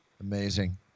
Amazing